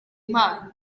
impano